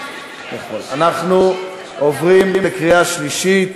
אנחנו עוברים לקריאה שלישית.